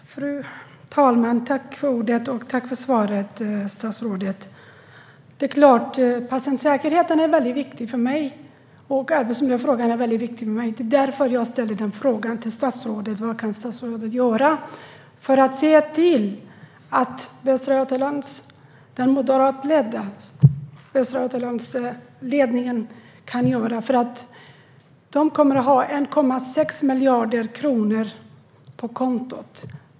Fru talman! Tack för svaret, statsrådet! Patientsäkerheten och arbetsmiljöfrågan är väldigt viktiga för mig. Det var därför jag frågade statsrådet vad han kan göra för att se till vad den moderata Västra Götalandsledningen tänker göra. Man kommer att ha 1,6 miljarder kronor på kontot.